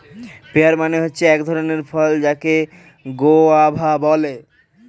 pair মানে হচ্ছে এক ধরণের ফল যাকে গোয়াভা বলে